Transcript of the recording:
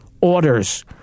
orders